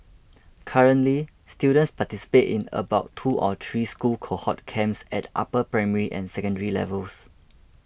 currently students participate in about two or three school cohort camps at upper primary and secondary levels